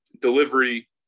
delivery